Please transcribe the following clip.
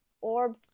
orb